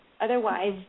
Otherwise